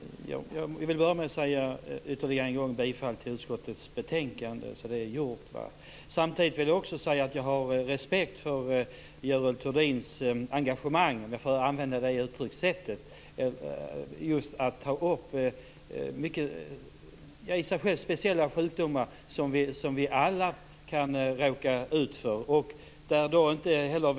Herr talman! Jag vill börja med att ytterligare en gång yrka bifall till hemställan i utskottets betänkande. Samtidigt vill jag också säga att jag har respekt för Görel Thurdins engagemang. Hon tar upp speciella sjukdomar som vi alla kan råka ut för.